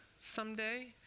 someday